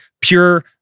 pure